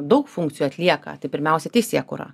daug funkcijų atlieka tai pirmiausia teisėkūra